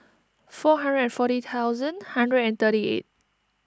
four hundred and forty thousand hundred and thirty eight